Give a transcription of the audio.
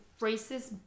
racist